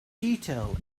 detail